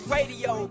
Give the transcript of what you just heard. Radio